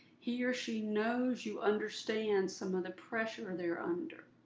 he or she knows you understand some of the pressure they're under.